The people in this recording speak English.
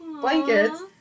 blankets